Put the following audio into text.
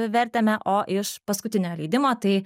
vertėme o iš paskutinio leidimo tai